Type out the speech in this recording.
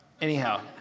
Anyhow